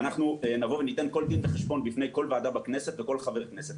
אנחנו נבוא וניתן כל דין וחשבון בפני כל ועדה בכנסת ובפני כל חבר כנסת.